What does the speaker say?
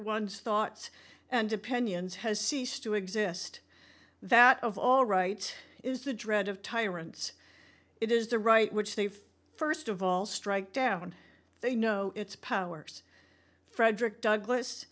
one's thoughts and opinions has ceased to exist that of all right is the dread of tyrants it is the right which they've first of all strike down they know it's powers frederick douglas